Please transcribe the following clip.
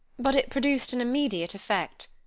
but it produced an immediate effect.